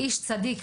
איש צדיק,